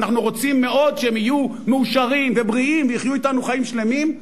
ואנחנו רוצים מאוד שהם יהיו מאושרים ובריאים ויחיו אתנו חיים שלמים,